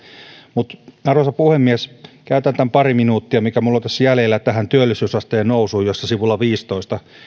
mutta arvoisa puhemies käytän tämän pari minuuttia mikä minulla on tässä jäljellä tähän työllisyysasteen nousuun josta sivulla viisitoista